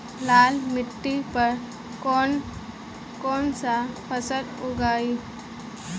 लाल मिट्टी पर कौन कौनसा फसल उगाई?